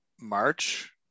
March